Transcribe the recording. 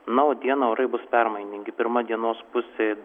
na o dieną orai bus permainingi pirma dienos pusė